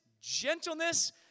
gentleness